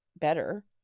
better